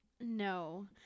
No